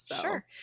Sure